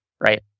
right